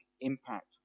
impact